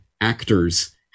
actors